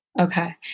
Okay